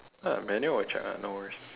ya Emanual will check [one] no worries